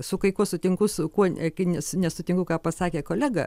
su kai kuo sutinku su kuo ne ki nesutinku ką pasakė kolega